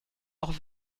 auch